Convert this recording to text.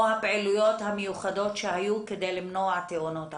או הפעילויות המיוחדות שהיו כדי למנוע תאונות עבודה?